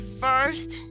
first